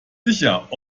sicher